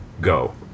Go